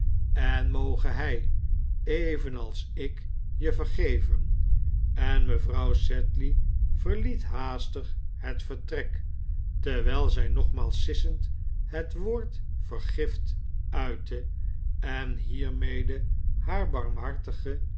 en moge hij evenals ik je vergeven en mevrouw sedley verliet haastig het vertrek terwijl zij nogmaals sissend het woord vergift uitte en hiermee haar barmhartigen